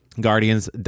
Guardians